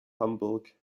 hamburg